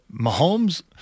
Mahomes